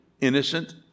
innocent